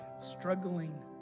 Struggling